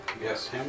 Yes